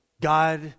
God